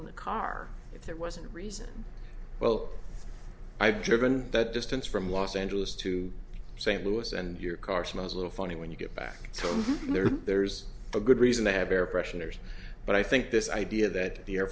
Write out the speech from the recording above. permeating the car if there wasn't a reason well i've driven that distance from los angeles to st louis and your car smells a little funny when you get back there there's a good reason to have air fresheners but i think this idea that the air